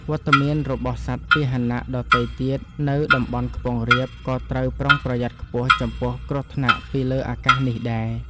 វត្តមានរបស់សត្វពាហនៈដទៃទៀតនៅតំបន់ខ្ពង់រាបក៏ត្រូវប្រុងប្រយ័ត្នខ្ពស់ចំពោះគ្រោះថ្នាក់ពីលើអាកាសនេះដែរ។